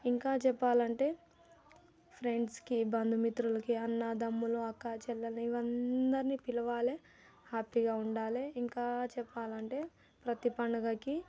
ఇంకా చెప్పాలంటే ఫ్రెండ్స్కి బంధు మిత్రులకి అన్నాదమ్ములు అక్క చెల్లెలు ఇవందరిని పిలవాలే హ్యాపీగా ఉండాలే ఇంకా చెప్పాలంటే ప్రతి పండగకి